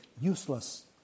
useless